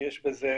ויש בזה